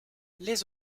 les